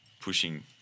pushing